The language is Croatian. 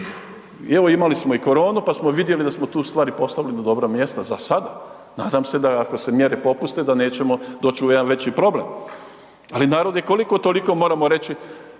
Evo imali smo i koronu, pa smo vidjeli da smo tu stvari postavili na dobro mjesto zasada, nadam se da ako se mjere popuste, da nećemo doći u jedan veći problem, ali narod je koliko-toliko moramo reći,